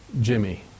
Jimmy